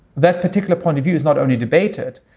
that particular point of view is not only debated,